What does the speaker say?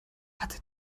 hatte